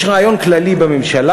יש רעיון כללי בממשלה,